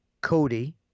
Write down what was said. Cody